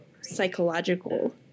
psychological